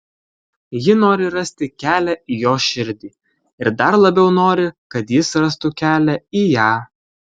ji nori rasti kelią į jo širdį ir dar labiau nori kad jis rastų kelią į ją